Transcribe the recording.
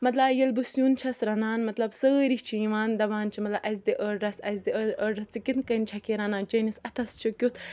مطلب ییٚلہِ بہٕ سیُن چھَس رَنان مطلب سٲری چھِ یِوان دَپان چھِ مطلب اَسہِ دِ أڑ رَژھ اَسہِ دِ أڑۍ رَژھ ژٕ کِتھ کٔنۍ چھَکھ یہِ رَنان چٲنِس اَتھَس چھُ کیُتھ